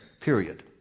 Period